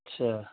اچھا